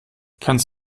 kannst